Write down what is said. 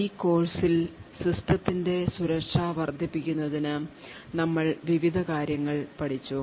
ഈ കോഴ്സിൽ സിസ്റ്റത്തിന്റെ സുരക്ഷ വർദ്ധിപ്പിക്കുന്നതിന് നമ്മൾ വിവിധ കാര്യങ്ങൾ നമ്മൾ പഠിച്ചു